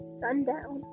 sundown